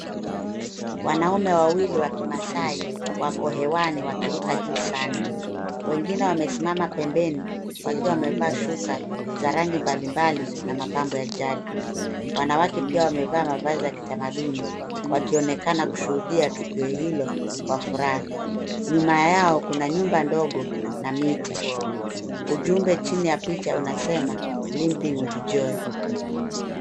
Wanaume wawili wa kimasai wako hewani wakiruka juu sana. Wengine wamesimama pembeni wakiwa wamevaa shuka za rangi mbalimbali na mapambo ya jadi. Wanawake pia wamevaa mavazi ya kitamaduni, wakionekana kushuhudia tukio hilo kwa furaha. Nyuma yao kuna nyumba ndogo na miti. Ujumbe chini ya picha unasema Limping with joy.